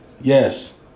yes